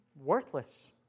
worthless